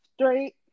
straight